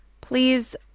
please